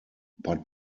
but